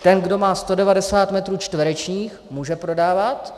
Ten, kdo má 190 metrů čtverečních, může prodávat.